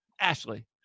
Ashley